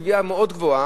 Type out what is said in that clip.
קביעה מאוד גבוהה,